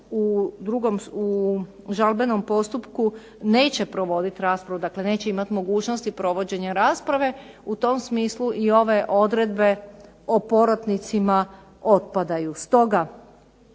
u žalbenom postupku neće provoditi raspravu. Dakle, neće imati mogućnosti provođenja rasprave. U tom smislu i ove odredbe o porotnicima otpadaju.